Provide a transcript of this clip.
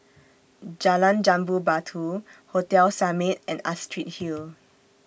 Jalan Jambu Batu Hotel Summit and Astrid Hill